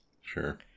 Sure